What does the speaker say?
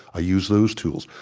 i use those tools.